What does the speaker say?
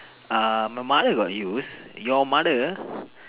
err my mother got use your mother